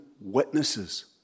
witnesses